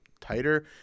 tighter